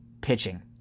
pitching